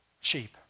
sheep